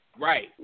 Right